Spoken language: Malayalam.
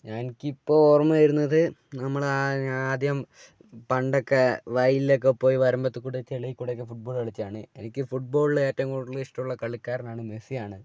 ഞാൻ എനിക്കിപ്പോൾ ഓർമ്മ വരുന്നത് നമ്മൾ ആദ്യം പണ്ടൊക്കെ വയലിലൊക്കെ പോയി വരമ്പത്തുകൂടി ചളിയിൽക്കൂടിയൊക്കെ ഫുട്ബോൾ കളിച്ചതാണ് എനിക്ക് ഫുട്ബോളിൽ ഏറ്റവും കൂടുതൽ ഇഷ്ടമുള്ള കളിക്കാരനാണ് മെസ്സിയാണ്